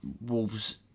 Wolves